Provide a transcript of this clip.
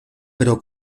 pro